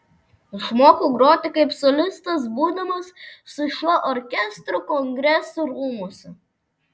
išmokau groti kaip solistas būdamas su šiuo orkestru kongresų rūmuose